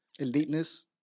eliteness